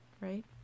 right